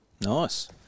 nice